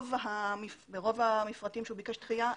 ברוב המפרטים שהוא ביקש דחייה,